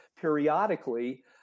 periodically